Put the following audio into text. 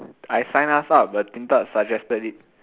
I signed us up but Din-Tat suggested it